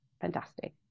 fantastic